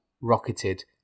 rocketed